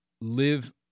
live